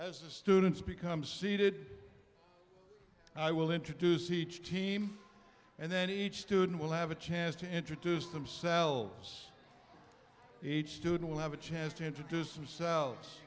today as the students become seated i will introduce each team and then each student will have a chance to introduce themselves each student will have a chance to introduce themselves